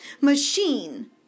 machine